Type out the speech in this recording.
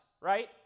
right